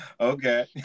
Okay